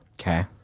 Okay